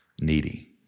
needy